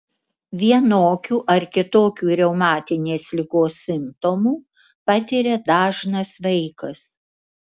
vienokių ar kitokių reumatinės ligos simptomų patiria dažnas vaikas